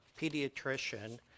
pediatrician